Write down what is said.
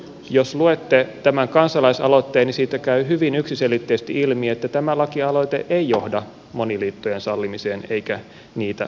jos luette tämän kansalaisaloitteen niin siitä käy hyvin yksiselitteisesti ilmi että tämä lakialoite ei johda moniliittojen sallimiseen eikä niitä pyri ajamaan